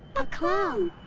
a clown!